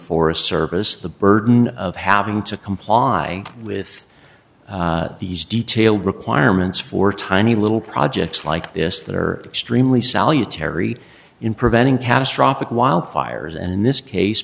forest service the burden of having to comply with these detailed requirements for tiny little projects like this that are extremely salutary in preventing catastrophic wildfires and in this case